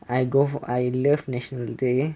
I go for I love national day